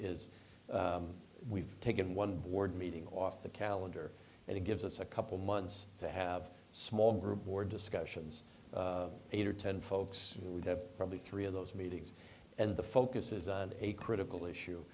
is we've taken one board meeting off the calendar and it gives us a couple months to have small group board discussions eight or ten folks who would have probably three of those meetings and the focus is on a critical issue